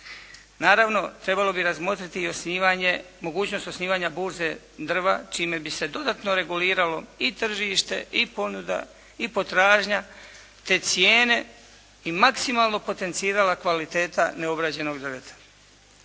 Naravno, trebalo bi razmotriti i osnivanje, mogućnost osnivanja burze drva čime bi se dodatno reguliralo i tržište i ponuda i potražnja te cijene i maksimalno potencirala kvaliteta neobrađenog drveta.